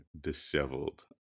disheveled